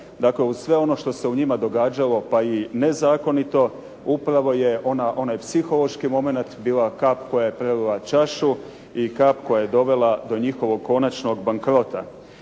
Dakle, uz sve ono što se u njima događalo, pa i nezakonito upravo je onaj psihološki momenat bila kap koja je prelila čašu i kap koja je dovela do njihovog konačnog bankrota.